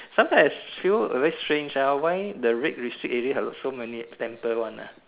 sometime I feel very strange ah why the red district area has so many temple one ah